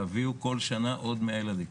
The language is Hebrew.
תביאו כל שנה עוד 100 ילדים.